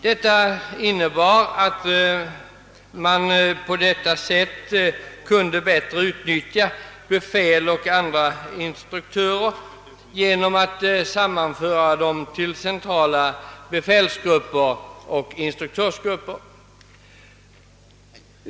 Detta innebar att man för att bättre kunna utnyttja befäl och övriga instruktörer sammanförde dessa till centrala befälsoch instruktörsgrupper.